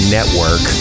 Network